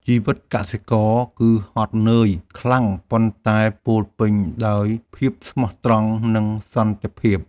ជីវិតកសិករគឺហត់នឿយខ្លាំង ប៉ុន្តែពោរពេញដោយភាពស្មោះត្រង់ និងសន្តិភាព។